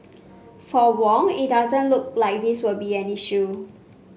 for Wong it doesn't look like this will be an issue